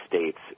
States